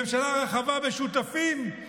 ממשלה רחבה בשותפים,